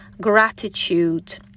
gratitude